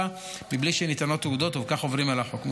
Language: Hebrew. בלי שניתנות תעודות ובכך עוברים על החוק,